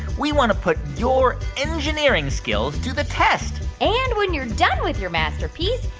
we want to put your engineering skills to the test and when you're done with your masterpiece,